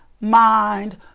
mind